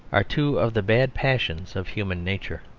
are two of the bad passions of human nature.